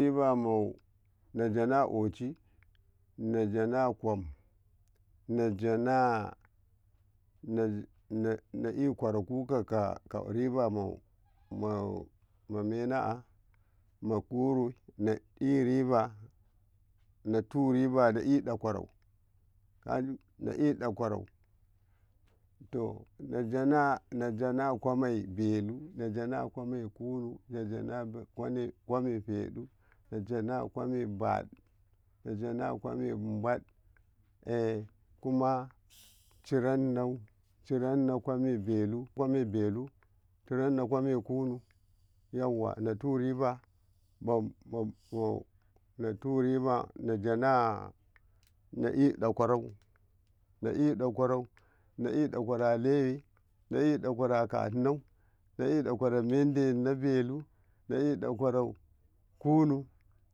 ribamau najana kochi najana kwam najana na jana na ikwaraku ka ribama mena a magoro na ekyu eriba natoriba nairiba natoraba naidekoro naidakoro tonajana najana kwam mai belu najana kwamme badu najana kwamme ibatsa a kumo ijana kwameumbak a kuma cirano cirano kwame balu kwame kunu natu riba natu riba najana naidakworo naidakworo aleyey naidokoro akano naidakworo ameduno delu naidokoro kunu